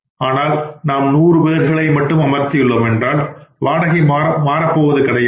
ஆனால் நாம் நூறு பேர்களை மட்டும் அமர்த்தியுள்ளோம் என்றால் வாடகை மாறப்போவது கிடையாது